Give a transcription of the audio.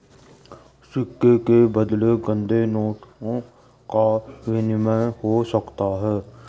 सिक्के के बदले गंदे नोटों का विनिमय हो सकता है